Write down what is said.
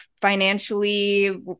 financially